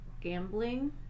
gambling